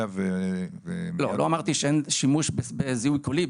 אליה ו --- לא אמרתי שאין שימוש בזיהוי קולי,